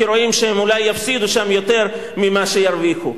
כי רואים שהם אולי יפסידו שם יותר ממה שירוויחו?